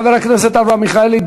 חבר הכנסת אברהם מיכאלי,